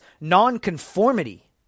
nonconformity